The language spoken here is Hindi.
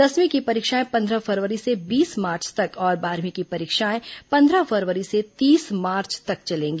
दसवीं की परीक्षाएं पंद्रह फरवरी से बीस मार्च तक और बारहवीं की परीक्षाएं पंद्रह फरवरी से तीस मार्च तक चलेंगी